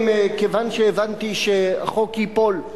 כיוון שהבנתי שהחוק ייפול,